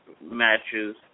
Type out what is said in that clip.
matches